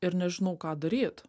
ir nežinau ką daryt